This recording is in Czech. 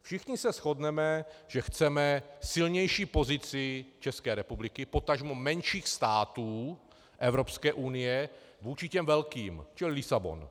Všichni se shodneme, že chceme silnější pozici České republiky, potažmo menších států Evropské unie, vůči těm velkým, čili Lisabon.